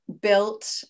built